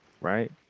right